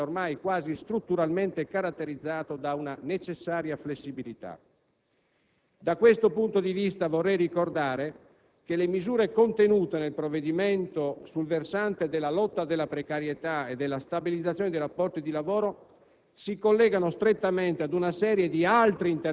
in un mercato del lavoro che pure sappiamo essere ormai quasi strutturalmente caratterizzato da una necessaria flessibilità. Da questo punto di vista, vorrei ricordare che le misure contenute nel provvedimento sul versante della lotta alla precarietà e della stabilizzazione dei rapporti di lavoro